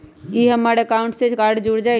ई हमर अकाउंट से कार्ड जुर जाई?